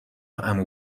عمو